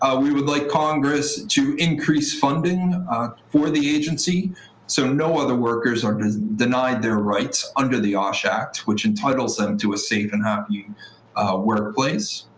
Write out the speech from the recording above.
ah we would like congress to increase funding for the agency so no other workers are denied their rights under the osha act, which entitles them to a safe and happy healthy workplace.